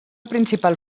principal